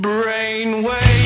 Brainwave